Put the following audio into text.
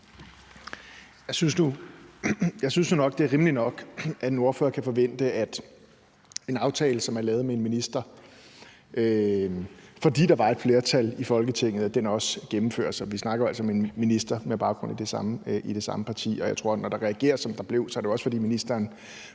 Jeg synes jo nok, det er rimeligt nok, at en ordfører kan forvente, at en aftale, som er lavet med en minister, fordi der var et flertal i Folketinget, også gennemføres. Vi snakker altså om en minister med baggrund i det samme parti, og jeg tror, at når der reageres, som der gjorde, er det jo også, fordi ministeren